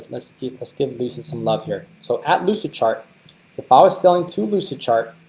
let's keep the skin loses in love here. so at lucidchart if i was selling to lucidchart,